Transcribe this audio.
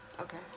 Okay